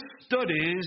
studies